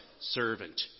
servant